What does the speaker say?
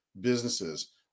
businesses